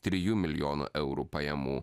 trijų milijonų eurų pajamų